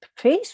Facebook